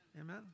Amen